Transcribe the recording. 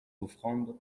offrandes